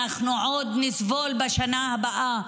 אנחנו עוד נסבול בשנה הבאה.